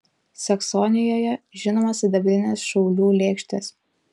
saksonijoje žinomos sidabrinės šaulių lėkštės